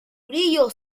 brillo